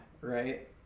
right